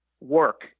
work